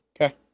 Okay